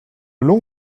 long